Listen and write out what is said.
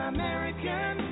American